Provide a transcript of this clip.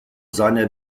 seine